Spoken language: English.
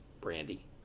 Brandy